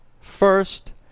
First